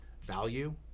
value